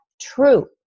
true